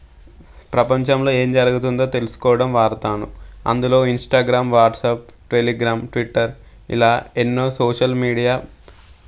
ప్రపంచంలో ఏం జరుగుతుందో తెలుసుకోవడం వాడతాను అందులో ఇంస్టాగ్రామ్ వాట్సాప్ టెలిగ్రామ్ ట్విట్టర్ ఇలా ఎన్నో సోషల్ మీడియా